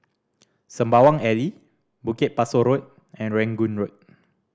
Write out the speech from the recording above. Sembawang Alley Bukit Pasoh Road and Rangoon Road